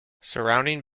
surrounding